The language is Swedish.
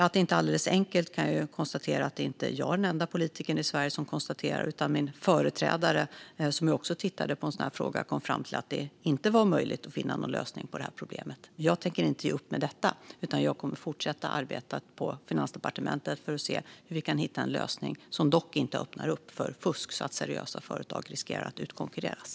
Att det inte är alldeles enkelt kan jag konstatera att jag inte är den enda politikern i Sverige som tycker, utan min företrädare, som också tittade på en sådan här fråga, kom fram till att det inte var möjligt att finna någon lösning på det här problemet. Jag tänker inte ge upp med detta, utan jag kommer att fortsätta arbeta på Finansdepartementet för att se om vi kan hitta en lösning som inte öppnar upp för fusk så att seriösa företag riskerar att utkonkurreras.